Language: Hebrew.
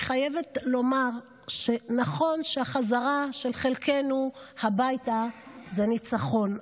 אני חייבת לומר שנכון שהחזרה של חלקנו הביתה זה ניצחון,